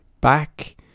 back